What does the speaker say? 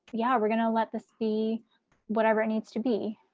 yeah. we're gonna let this be whatever it needs to be.